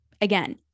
Again